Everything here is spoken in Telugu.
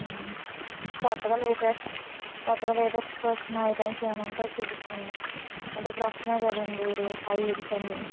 కొత్తగా లేటెస్ట్ కొత్తగా లేటెస్టుగా వచ్చిన ఐటమ్స్ ఏమైనా ఉంటే చూపించండి అంటే ఇప్పుడు వస్తున్నాయి కదండి హై హీల్స్ అండి